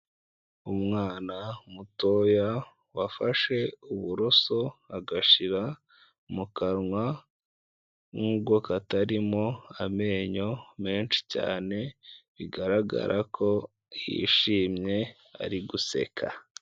Umwana mutoya wafashe uburoso agashira mu kanwa nubwo katarimo amenyo menshi cyane, bigaragara ko yishimye ari guseka.